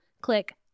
click